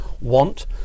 want